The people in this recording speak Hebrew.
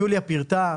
יוליה פירטה.